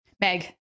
Meg